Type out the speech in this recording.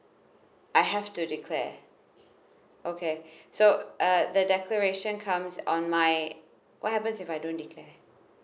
I have to declare okay so uh the decoration comes on my what happens if I don't declare